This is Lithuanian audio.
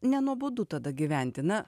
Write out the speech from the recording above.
nenuobodu tada gyventi na